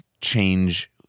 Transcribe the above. change